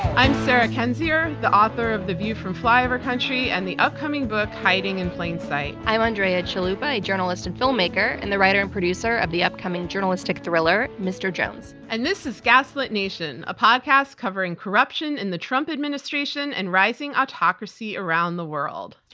i'm sarah kendzior, the author of the view from flyover country and the upcoming book hiding in plain sight. i'm andrea chalupa, a journalist and filmmaker and the writer and producer of the upcoming journalistic thriller mr. jones. and this is gaslit nation, a podcast covering corruption in the trump administration and rising autocracy around the world.